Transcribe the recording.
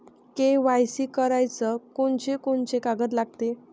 KYC कराच कोनचे कोनचे कागद लागते?